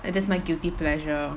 th~ that's my guilty pleasure